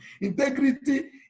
Integrity